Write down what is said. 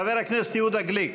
חבר הכנסת יהודה גליק